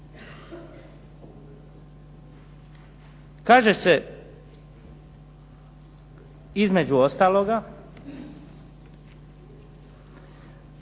Kaže se, između ostaloga,